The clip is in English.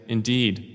Indeed